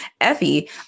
Effie